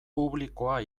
publikoa